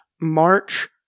March